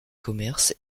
commerce